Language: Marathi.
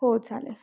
हो चालेल